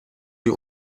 sie